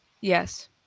Yes